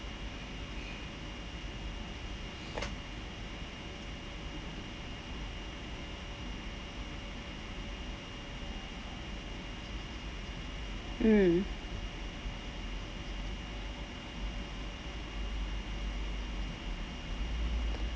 mm